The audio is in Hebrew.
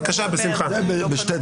בבקשה, בשמחה.